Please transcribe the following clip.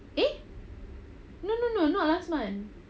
eh no no no not last month